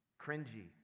Cringy